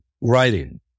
writing